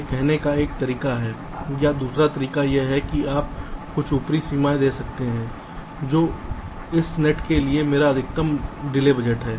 यह कहने का एक तरीका है या दूसरा तरीका यह है कि आप कुछ ऊपरी सीमा दे सकते हैं जो इस नेट के लिए मेरा अधिकतम डिले बजट है